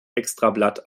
extrablatt